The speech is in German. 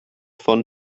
von